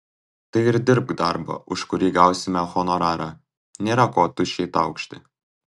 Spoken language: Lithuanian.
tai ir dirbk darbą už kurį gausime honorarą nėra ko tuščiai taukšti